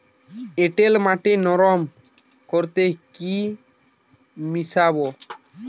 এঁটেল মাটি নরম করতে কি মিশাব?